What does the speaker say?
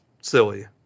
silly